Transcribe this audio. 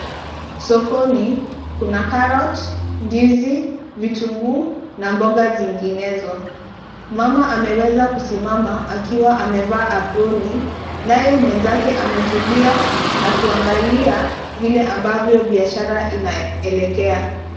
Sokoni kuna carrot , ndizi, vitunguu na mboga zinginezo. Mama ameweza kusimama akiwa amevaa aproni naye mwenzake ametulia na kuangalia vile ambavyo biashara inaelekea.